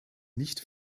nicht